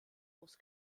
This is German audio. aus